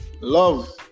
love